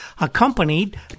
accompanied